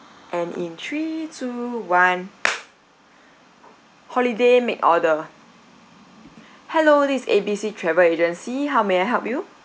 and in three two one holiday make order hello this is A B C travel agency how may I help you